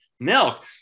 milk